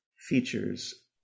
features